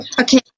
Okay